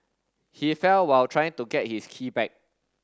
he fell while trying to get his key back